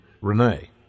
Renee